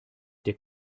der